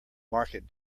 market